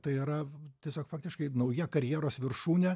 tai yra tiesiog faktiškai nauja karjeros viršūnė